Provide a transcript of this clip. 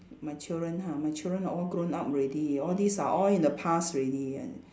my children ha my children are all grown up already all these are all in the past already and